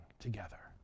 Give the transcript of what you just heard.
together